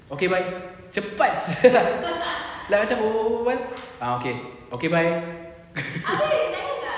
okay bye cepat [sial] lah like macam [berbual berbual ah okay okay bye